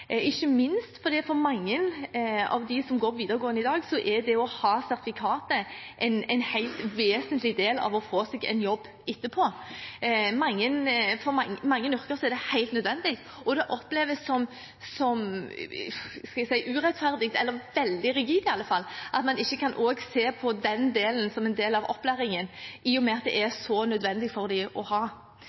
ikke minst fordi for mange av dem som går på videregående i dag, er det å ha sertifikatet en helt vesentlig del av å få seg en jobb etterpå. I mange yrker er det helt nødvendig. Det oppleves som urettferdig eller i alle fall veldig rigid at man ikke også kan se på den delen som en del av opplæringen, i og med at det er så nødvendig for dem å ha